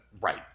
right